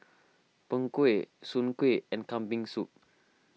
Png Kueh Soon Kueh and Kambing Soup